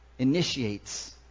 initiates